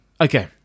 Okay